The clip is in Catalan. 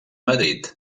madrid